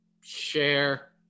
share